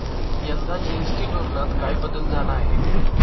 यंदा जी.एस.टी धोरणात काय बदल झाला आहे?